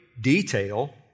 detail